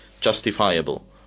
justifiable